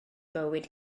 bywyd